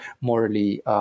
morally